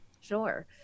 Sure